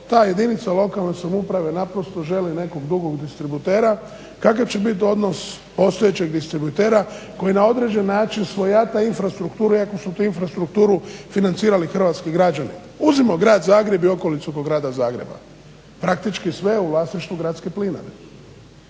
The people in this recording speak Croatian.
ta jedinica lokalne samouprave naprosto želi nekog drugog distributera, kakav će biti odnos postojećeg distributera koji na određeni način svojata infrastrukturu, ikako sam tu infrastrukturu financirali hrvatski građani. Uzmimo Grad Zagreb i okolicu oko Grada Zagreba, praktički sve je u vlasništvu gradske plinare